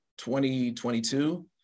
2022